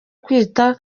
kwita